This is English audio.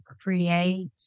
create